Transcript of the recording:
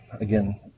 again